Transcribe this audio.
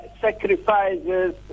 sacrifices